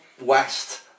west